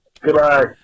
Goodbye